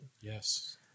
Yes